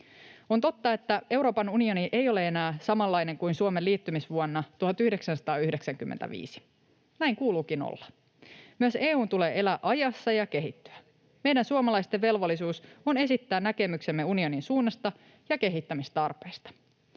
On totta, että Euroopan unioni ei ole enää samanlainen kuin Suomen liittymisvuonna 1995. Näin kuuluukin olla. Myös EU:n tulee elää ajassa ja kehittyä. Meidän suomalaisten velvollisuus on esittää näkemyksemme unionin suunnasta ja kehittämistarpeista.